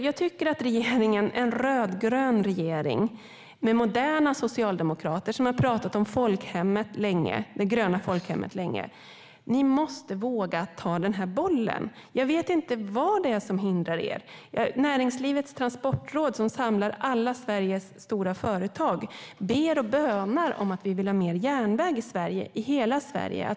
Jag tycker alltså att en rödgrön regering med moderna socialdemokrater, som länge har pratat om det gröna folkhemmet, måste våga ta den här bollen. Jag vet inte vad det är som hindrar er. Näringslivets Transportråd, som samlar alla Sveriges stora företag, bönar och ber om mer järnväg i hela Sverige.